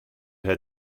had